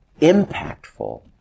impactful